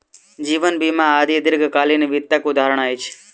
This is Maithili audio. जीवन बीमा आदि दीर्घकालीन वित्तक उदहारण अछि